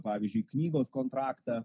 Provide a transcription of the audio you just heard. pavyzdžiui knygos kontraktą